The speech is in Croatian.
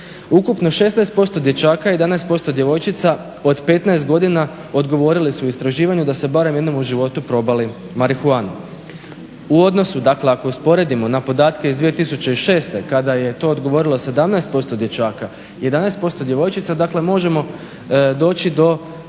Ukupno 16% dječaka i 11% djevojčica od 15 godina odgovorili su u istraživanju da su barem jednom u životu probali marihuanu. U odnosu dakle, ako usporedimo, na podatke iz 2006. kad je to odgovorili 17% dječaka i 11% djevojčica, dakle možemo doći do